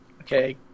Okay